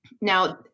Now